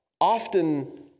often